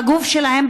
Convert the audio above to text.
בגוף שלהן,